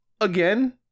again